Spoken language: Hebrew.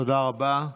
תודה רבה.